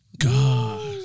God